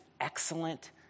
excellent